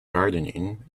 gardening